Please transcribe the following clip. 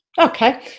okay